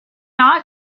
not